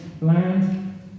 land